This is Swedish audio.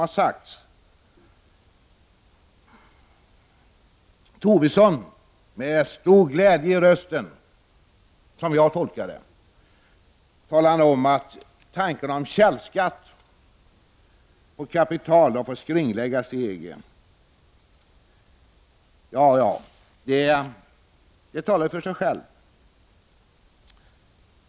Lars Tobisson talar med stor glädje i rösten om att tanken på källskatt på kapital har fått skrinläggas i EG. Ja, det talar för sig självt.